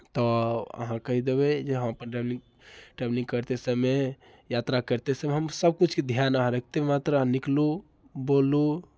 तऽ अहाँ कहि देबै जे हम अपन ट्रेवलिंग ट्रेवलिंग करते समय यात्रा करते समय हम सभकिछुके ध्यान अहाँ रखिते यात्रामे अहाँ निकलू बोलू